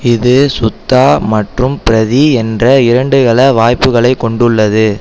இது சுத்தா மற்றும் பிரதி என்ற இரண்டு கள வாய்ப்புகளைக் கொண்டுள்ளது